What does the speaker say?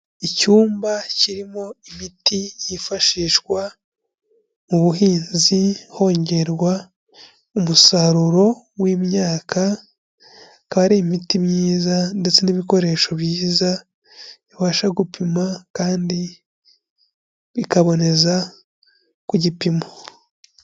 Icyumba kirimo imiti yifashishwa mu buhinzi hongerwa umusaruro w'imyaka, akaba ari imiti myiza ndetse n'ibikoresho byiza bibasha gupima kandi bikaboneza ku gipimo.